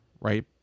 right